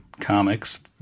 comics